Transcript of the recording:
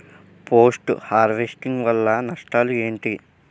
Post harvesting వల్ల నష్టాలు ఏంటి?